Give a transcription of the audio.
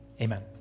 Amen